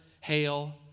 hail